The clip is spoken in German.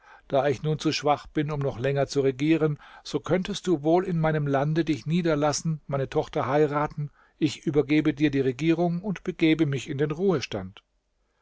da ich nun zu schwach bin um noch länger zu regieren so könntest du wohl in meinem lande dich niederlassen meine tochter heiraten ich übergebe dir die regierung und begebe mich in den ruhestand